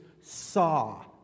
saw